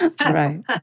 Right